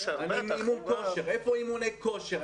איפה אימוני כושר?